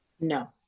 No